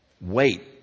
wait